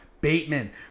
Bateman